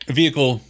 vehicle